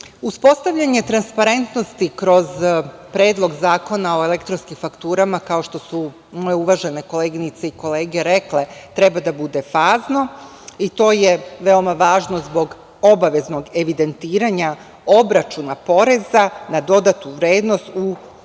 Srbiji. Uspostavljanje transparentnosti kroz Predlog zakona o elektronskim fakturama, kao što su moje uvažene koleginice i kolege rekle, treba da bude fazno i to je veoma važno zbog obaveznog evidentiranja obračuna poreza na dodatu vrednost u sistemu elektronskog fakturisanja. Cilj